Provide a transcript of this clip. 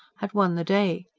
had won the day.